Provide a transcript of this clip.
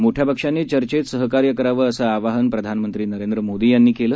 मोठ्य पक्षांनी चर्चेमध्ये सहकार्य करावं असं आवाहन प्रधानमंत्री नरेंद्र मोदी यांनी केलं